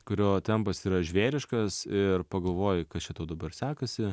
kurio tempas yra žvėriškas ir pagalvoji kas čia tau dabar sekasi